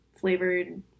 flavored